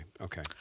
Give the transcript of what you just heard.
okay